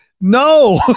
no